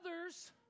others